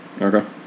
Okay